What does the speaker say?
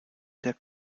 der